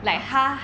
!huh!